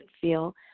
feel